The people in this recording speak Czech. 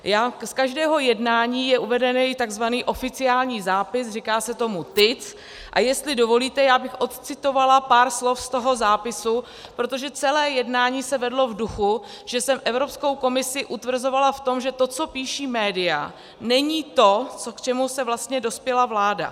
Z každého jednání je uvedený tzv. oficiální zápis, říká se tomu TIC, a jestli dovolíte, já bych odcitovala pár slov z toho zápisu, protože celé jednání se vedlo v duchu, že jsem Evropskou komisi utvrzovala v tom, že to, co píší média, není to, co k čemu se vlastně dospěla vláda.